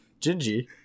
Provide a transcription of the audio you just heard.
Gingy